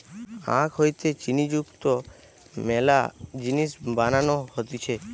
আখ হইতে চিনি যুক্ত মেলা জিনিস বানানো হতিছে